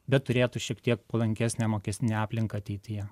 bet turėtų šiek tiek palankesnę mokestinę aplinką ateityje